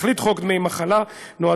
תכלית חוק דמי מחלה היא,